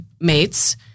mates